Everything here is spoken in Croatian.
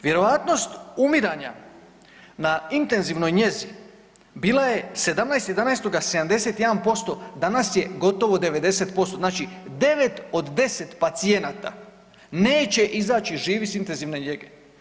Vjerovatnost umiranja na intenzivnoj njezi bila je 17.11. 71%, danas je gotovo 90%, znači 9 od 10 pacijenata neće izaći živi s intenzivne njege.